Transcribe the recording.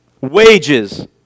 Wages